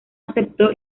aceptó